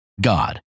God